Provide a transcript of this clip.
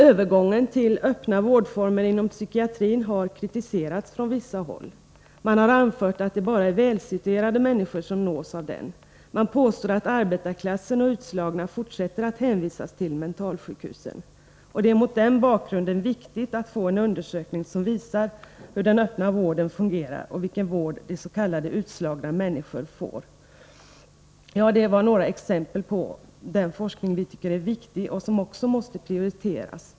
Övergången till öppna vårdformer inom psykiatrin har kritiserats från vissa håll. Man har anfört att det bara är välsituerade människor som nås av den. Man påstår att arbetarklassen och utslagna fortsätter att hänvisas till mentalsjukhusen. Det är mot den bakgrunden viktigt att få en undersökning som visar hur den öppna vården fungerar och vilken vård de s.k. utslagna människorna får. Detta var några exempel på den forskning vi tycker är viktig och som måste prioriteras.